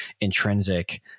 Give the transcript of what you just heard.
intrinsic